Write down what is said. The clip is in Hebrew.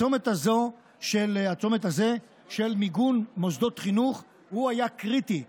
הצומת הזה של מיגון מוסדות חינוך היה קריטי.